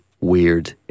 weird